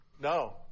No